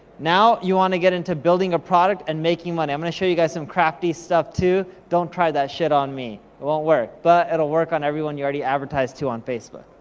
now, you wanna get into building a product and making money. i'm gonna show you guys some crafty stuff too, don't try that shit on me, it won't work, but it'll work on everyone you already advertised to on facebook.